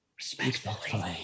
Respectfully